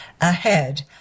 ahead